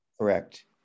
Correct